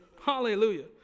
Hallelujah